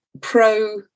pro